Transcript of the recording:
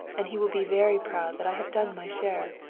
and he will be very proud that i have done my share.